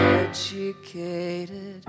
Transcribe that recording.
educated